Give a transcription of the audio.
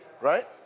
right